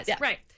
Right